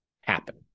happen